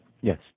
Yes